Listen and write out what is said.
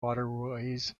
waterways